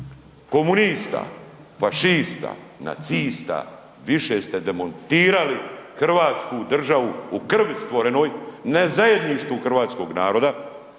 komunista, fašista, nacista, više ste demontirali hrvatsku državu u krvi stvorenoj na zajedništvu hrvatskog naroda,